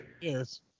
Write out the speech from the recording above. Yes